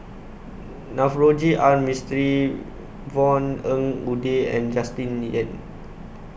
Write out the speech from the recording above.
Navroji R Mistri Yvonne Ng Uhde and Justin Lean